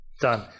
Done